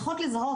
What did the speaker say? לפחות לזהות,